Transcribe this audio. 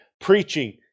preaching